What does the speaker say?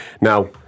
Now